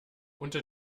unter